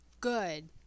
good